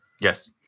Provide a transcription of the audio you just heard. Yes